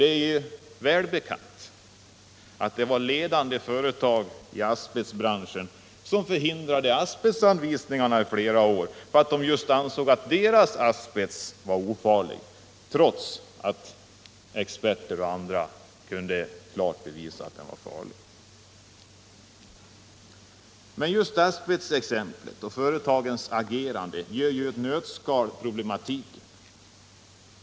Det är välbekant att det var ledande företag i asbestbranschen som under flera år förhindrade asbestanvisningarna, därför att de ansåg att just deras asbest var ofarlig, trots att experter och andra klart kunde bevisa att den var farlig. Just asbestexemplet och företagens agerande ger i ett nötskal problematiken.